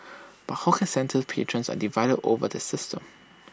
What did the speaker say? but hawker centre patrons are divided over the system